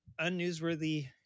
unnewsworthy